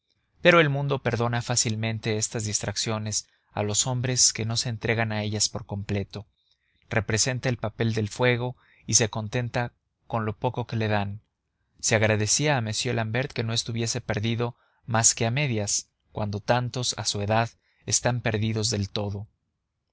pero el mundo perdona fácilmente estas distracciones a los hombres que no se entregan a ellas por completo representa el papel del fuego y se contenta con lo poco que le dan se agradecía a m l'ambert que no estuviese perdido más que a medias cuando tantos a su edad están perdidos del todo